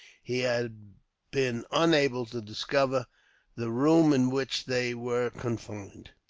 he had been unable to discover the room in which they were confined.